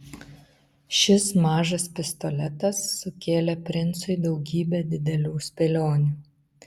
šis mažas pistoletas sukėlė princui daugybę didelių spėlionių